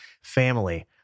family